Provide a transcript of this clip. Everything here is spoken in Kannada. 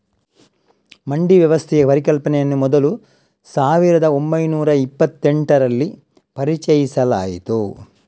ಮಂಡಿ ವ್ಯವಸ್ಥೆಯ ಪರಿಕಲ್ಪನೆಯನ್ನು ಮೊದಲು ಸಾವಿರದ ಓಂಬೈನೂರ ಇಪ್ಪತ್ತೆಂಟರಲ್ಲಿ ಪರಿಚಯಿಸಲಾಯಿತು